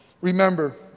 Remember